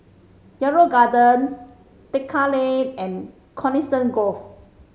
Yarrow Gardens Tekka Lane and Coniston Grove